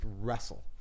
wrestle